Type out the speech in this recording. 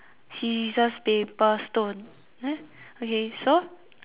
scissors paper stone there okay so